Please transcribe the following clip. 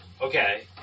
Okay